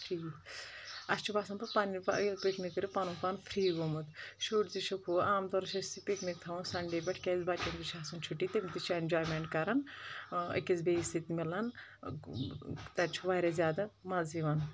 اسہِ چھُ باسان پتہٕ پنٕنہِ ییٚلہِ پِکنِک کٔرِو پنُن پنُن فری گومُت شرۍ تہِ چھ ہہُ عام طور چھ أسۍ یہِ پکنِک تھاوان سنڈے پٮ۪ٹھ کیازِ بچَن تہِ چھ آسان چھُٹی تِم تہِ چھ اینجوینمینٹ کران أکِس بیٚیِس سۭتۍ ملان تَتہِ چھ واریاہ زیادٕ مزٕ یِوان